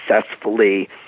successfully